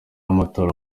amatora